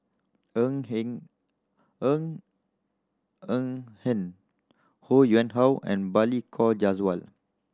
Ng Hen Ng Ng Hen Ho Yuen Hoe and Balli Kaur Jaswal